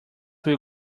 will